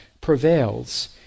prevails